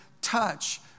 touch